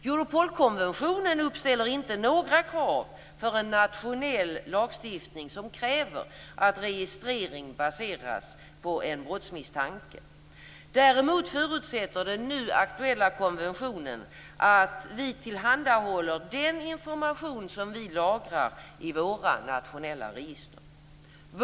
Europolkonventionen uppställer inte några hinder för en nationell lagstiftning som kräver att registrering baseras på en brottsmisstanke. Däremot förutsätter den nu aktuella konventionen att vi tillhandahåller den information som vi lagrar i våra nationella register.